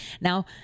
Now